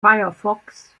firefox